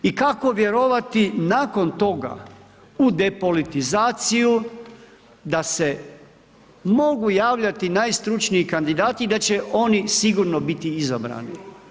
I kako vjerovati nakon toga u depolitizaciju, da se mogu javljati najstručniji kandidati i da će oni sigurno biti izabrani.